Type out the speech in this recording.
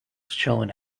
showing